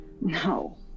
No